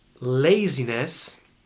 Laziness